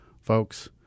folks